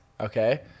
Okay